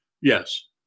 Yes